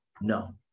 No